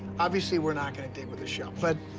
obviously we're not gonna dig with a shovel, but,